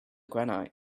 granite